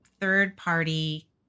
third-party